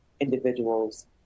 individuals